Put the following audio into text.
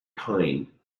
kine